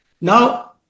Now